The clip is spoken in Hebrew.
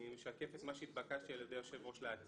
אני משקף את מה שהתבקשתי על ידי היושב-ראש להציג,